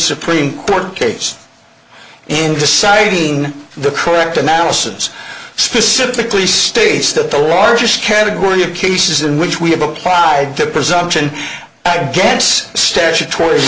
supreme court case in deciding the correct analysis specifically states that the largest category of cases in which we have applied to presumption against statutory